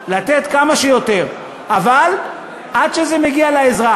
לתת כמה שיותר, אבל עד שזה מגיע לאזרח.